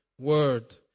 word